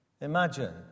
Imagine